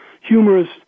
humorous